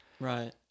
Right